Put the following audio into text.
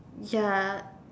ya